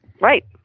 Right